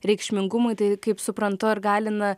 reikšmingumui tai kaip suprantu ar gali na